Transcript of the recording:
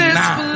now